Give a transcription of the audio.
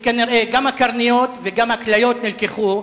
שכנראה גם הקרניות וגם הכליות נלקחו.